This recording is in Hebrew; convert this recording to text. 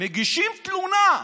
מגישים תלונה,